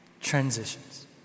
Transitions